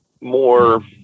more